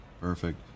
perfect